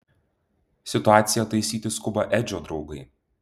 situaciją taisyti skuba edžio draugai